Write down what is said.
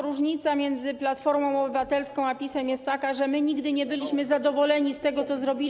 Różnica między Platformą Obywatelską a PiS-em jest taka, że my nigdy nie byliśmy zadowoleni z tego, co zrobiliśmy.